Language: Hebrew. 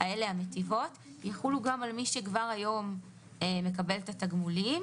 האלה המטיבות יחולו גם על מי שכבר היום מקבל את התגמולים,